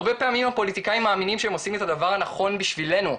הרבה פעמים הפוליטיקאים מאמינים שהם עושים את הדבר הנכון בשבילנו,